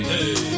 Hey